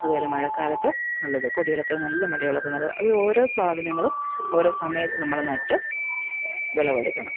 അതുപോലെ മഴക്കാലത്ത് ഉള്ളത് കൊടികളൊക്കെ നല്ല മഴയുള്ളപ്പം നടുക അത് ഓരോ സാധനങ്ങളും ഓരോ സമയത്ത് നമ്മൾ നട്ട് വിളവെടുക്കണം